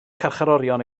carcharorion